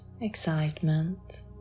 excitement